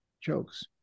jokes